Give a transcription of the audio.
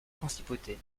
principauté